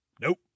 Nope